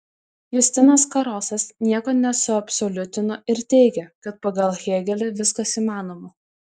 justinas karosas nieko nesuabsoliutino ir teigė kad pagal hėgelį viskas įmanoma